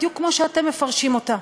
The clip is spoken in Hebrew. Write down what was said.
בדיוק כמו שאתם מפרשים אותה.